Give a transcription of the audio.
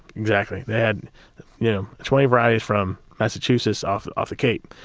exactly. they had yeah twenty varieties from massachusetts off off the cape,